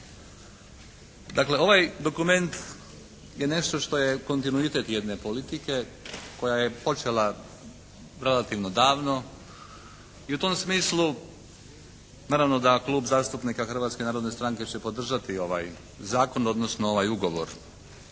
Dakle ovaj dokument je nešto što je kontinuitet jedne politike koja je počela relativno davno i u tom smislu naravno da Klub zastupnika Hrvatske narodne stranke će podržati ovaj zakon odnosno ovaj ugovor.